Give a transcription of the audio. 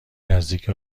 نزدیک